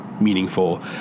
Meaningful